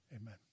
amen